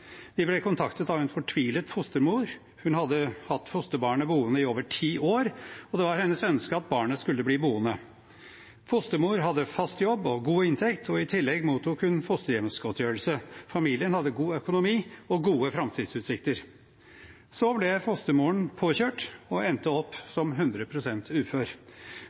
Vi ble kontaktet av en fortvilet fostermor. Hun hadde hatt fosterbarnet boende i over ti år, og det var hennes ønske at barnet skulle bli boende. Fostermor hadde fast jobb og god inntekt, og i tillegg mottok hun fosterhjemsgodtgjørelse. Familien hadde god økonomi og gode framtidsutsikter. Så ble fostermoren påkjørt og endte opp som 100 pst. ufør.